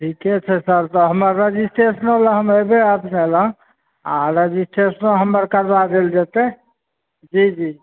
ठीके छै सर तऽ हमर रजिस्ट्रेशन लए एबै अपने लग आओर रजिस्ट्रेशन हमर करबा देल जेतै जी जी